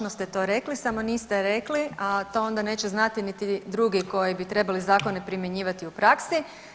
Točno ste to rekli samo niste rekli, a to onda neće znati niti drugi koji bi trebali zakone primjenjivati u praksi.